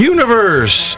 Universe